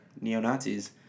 neo-Nazis